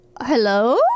Hello